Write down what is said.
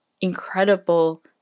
incredible